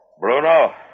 Bruno